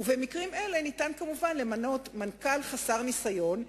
במקרים אלה ניתן כמובן למנות מנכ"ל חסר ניסיון,